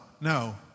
no